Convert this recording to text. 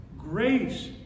Grace